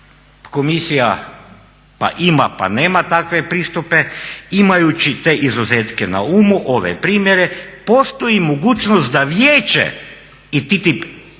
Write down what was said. komisija pa ima pa nema takve pristupe, imajući te izuzetke na umu ove primjere postoji mogućnost da vijeće i TTIP će